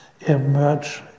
emerge